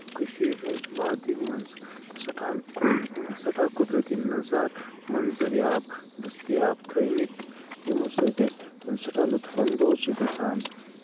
کٔشیٖرِ ہٕنٛز وادی منٛز سٮ۪ٹھاہ سٮ۪ٹھاہ قُدرَتی نَظارٕ منظریاب دٔستِیاب تھٲومٕتۍ یِمو سۭتۍ أسۍ سٮ۪ٹھاہ لُطُف اَندوز چھِ گژھان